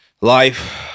Life